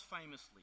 famously